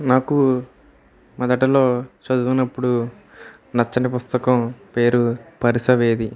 నాకు మొదటలో చదివినప్పుడు నచ్చని పుస్తకం పేరు పరుసవేది